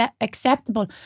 acceptable